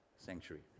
sanctuary